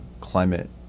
climate